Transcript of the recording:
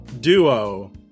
duo